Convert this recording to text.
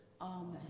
Amen